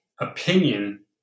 opinion